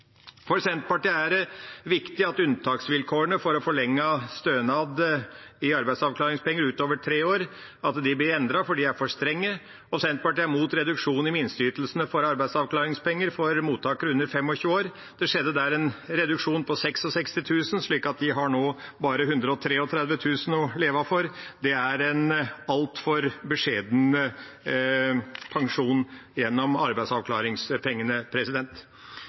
For Senterpartiet er det viktig at unntaksvilkårene for å få forlenget stønad i arbeidsavklaringspenger utover tre år, blir endret, for de er for strenge. Senterpartiet er imot reduksjon i minsteytelsene for arbeidsavklaringspenger for mottakere under 25 år. Det skjedde der en reduksjon på 66 000 kr, slik at de nå har bare 133 000 kr å leve for. Det er en altfor beskjeden pensjon gjennom arbeidsavklaringspengene.